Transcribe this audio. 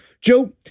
Joe